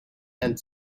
and